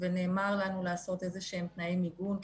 ונאמר לנו לעשות איזשהם תנאי מיגון,